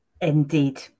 Indeed